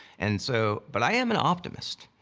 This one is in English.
and so. but i am an optimist.